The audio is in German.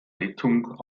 rettung